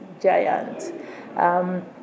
giant